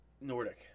Nordic